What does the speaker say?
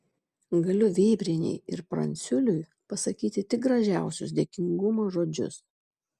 galiu vėbrienei ir pranciuliui pasakyti tik gražiausius dėkingumo žodžius